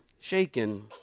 Shaken